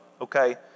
okay